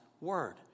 word